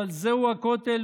אבל זהו הכותל,